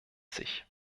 sich